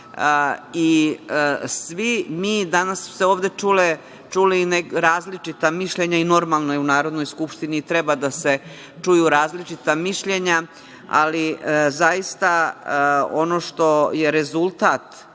oni to. Danas su se ovde čula različita mišljenja i normalno je, u Narodnoj skupštini i treba da se čuju različita mišljenja, ali, zaista, ono što je rezultat